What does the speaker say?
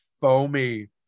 foamy